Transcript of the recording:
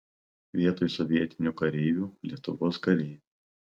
vietoj sovietinių kareivių lietuvos kariai